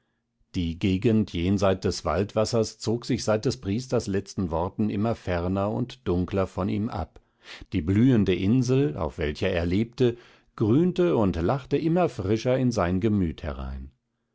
die gegend jenseit des waldwassers zog sich seit des priesters letzten worten immer ferner und dunkler von ihm ab die blühende insel auf welcher er lebte grünte und lachte immer frischer in sein gemüt herein